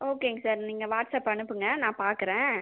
ஓகேங்க சார் நீங்கள் வாட்ஸ்அப் அனுப்புங்கள் நான் பார்க்குறேன்